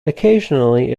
occasionally